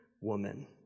woman